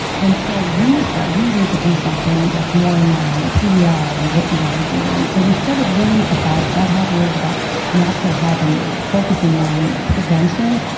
and so we said, we need to do something that's more in line with who we are and what we want to do. and so we started learning about gut health, we learned about natural health, and focusing more on prevention.